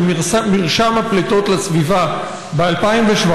של מרשם הפליטות לסביבה ב-2017,